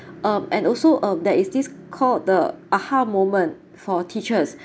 um and also um there is this called the aha moment for teachers